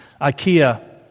Ikea